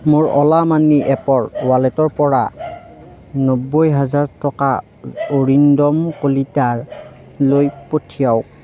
মোৰ অ'লা মানি এপৰ ৱালেটৰ পৰা নব্বৈ হাজাৰ টকা অৰিন্দম কলিতালৈ পঠিয়াওক